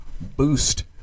boost